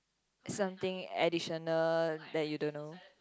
something additional that you don't know